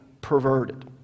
perverted